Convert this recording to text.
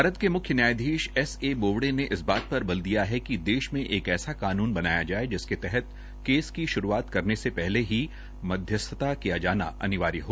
भारत के म्ख्य न्यायधीश एस ए बोबडे ने इस बात पर बल दिया है कि देश में एक ऐसा कानून बनाया जाये जिसके तहत केस की शुरूआत करने से पहले ही मध्यस्थता किया जाना अनिवार्य हो